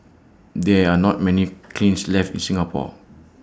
there are not many kilns left in Singapore